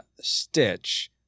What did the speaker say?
Stitch